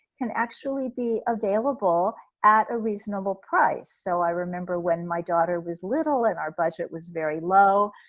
can actually be available at a reasonable price. so i remember when my daughter was little and our budget was very low,